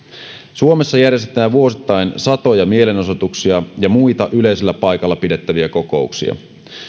suomessa järjestetään vuosittain satoja mielenosoituksia ja muita yleisellä paikalla pidettäviä kokouksia